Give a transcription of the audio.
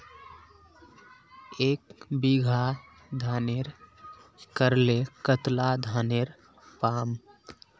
एक बीघा धानेर करले कतला धानेर पाम?